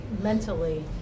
mentally